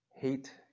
hate